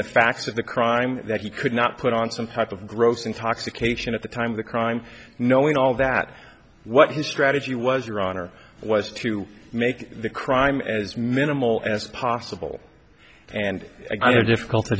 the facts of the crime that he could not put on some type of gross intoxication at the time of the crime knowing all that what his strategy was your honor was to make the crime as minimal as possible and i don't difficult to